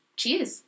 cheers